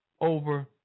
over